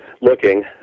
looking